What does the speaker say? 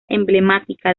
emblemática